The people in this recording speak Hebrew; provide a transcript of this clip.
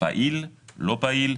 פעיל או לא פעיל,